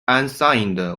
unsigned